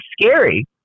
scary